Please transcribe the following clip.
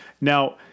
Now